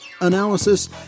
analysis